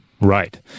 Right